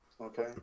okay